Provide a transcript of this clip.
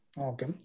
Okay